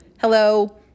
hello